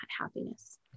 happiness